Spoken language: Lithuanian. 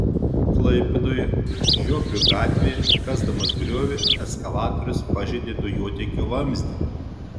klaipėdoje žiobrių gatvėje kasdamas griovį ekskavatorius pažeidė dujotiekio vamzdį